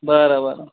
बर बरं